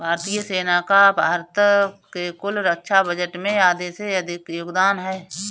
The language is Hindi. भारतीय सेना का भारत के कुल रक्षा बजट में आधे से अधिक का योगदान है